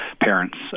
parents